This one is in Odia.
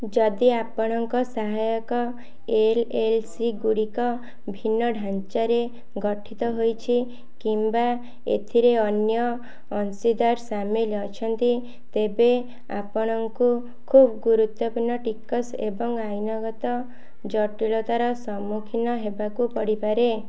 ଯଦି ଆପଣଙ୍କ ସାହାୟକ ଏଲ୍ ଏଲ୍ ସି ଗୁଡ଼ିକ ଭିନ୍ନ ଢାଞ୍ଚାରେ ଗଠିତ ହୋଇଛି କିମ୍ବା ଏଥିରେ ଅନ୍ୟ ଅଂଶୀଦାର ସାମିଲ ଅଛନ୍ତି ତେବେ ଆପଣଙ୍କୁ ଖୁବ୍ ଗୁରୁତ୍ୱପୂର୍ଣ୍ଣ ଟିକସ୍ ଏବଂ ଆଇନଗତ ଜଟିଳତାର ସମ୍ମୁଖୀନ ହେବାକୁ ପଡ଼ିପାରେ